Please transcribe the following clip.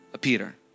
Peter